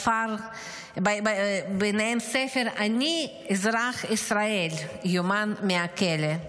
וביניהם הספר "אני אזרח ישראל! יומן מהכלא".